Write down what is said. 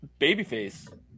babyface